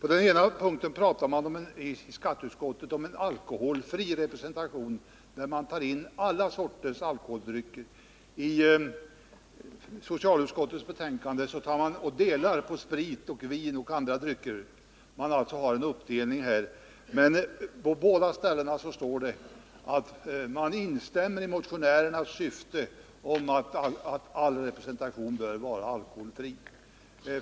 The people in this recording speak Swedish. I skatteutskottets betänkande talar man om en alkoholfri representation, där man tar in alla sorters alkoholhaltiga drycker. I socialutskottets betänkande skiljer man mellan sprit och vin och andra drycker. Men i båda betänkandena står det att man ansluter sig till motionärernas syfte att all representation bör vara alkoholfri.